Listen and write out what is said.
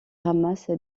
ramasse